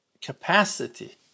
capacity